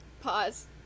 Pause